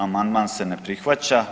Amandman se ne prihvaća.